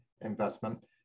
investment